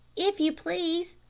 if you please,